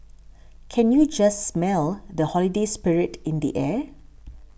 can you just smell the holiday spirit in the air